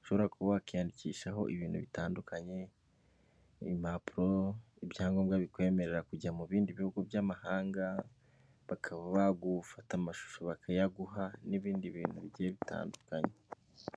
ushobora kuba wakiyandikishaho ibintu bitandukanye, impapuro, ibyangombwa bikwemerera kujya mu bindi bihugu by'amahanga, bakaba bagufata amashusho bakayaguha n'ibindi bintu bigiye bitandukanye.